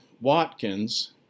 Watkins